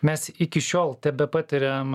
mes iki šiol tebepatiriam